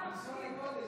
זה לשון הקודש,